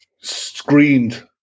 screened